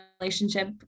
relationship